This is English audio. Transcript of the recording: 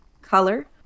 color